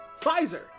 Pfizer